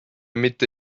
mitte